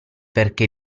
perché